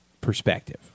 perspective